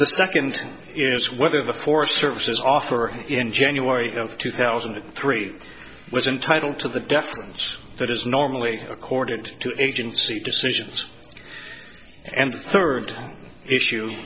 the second is whether the four services offered in january of two thousand and three was entitled to the death that is normally accorded to agency decisions and third issue